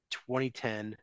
2010